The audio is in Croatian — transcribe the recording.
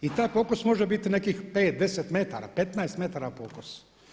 I taj pokos može biti nekih 5, 10 metara, 15 metara pokos.